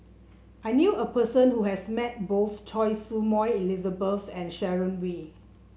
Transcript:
I knew a person who has met both Choy Su Moi Elizabeth and Sharon Wee